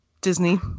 Disney